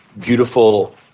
beautiful